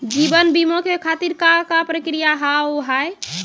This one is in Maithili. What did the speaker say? जीवन बीमा के खातिर का का प्रक्रिया हाव हाय?